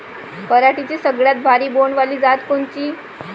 पराटीची सगळ्यात भारी बोंड वाली जात कोनची?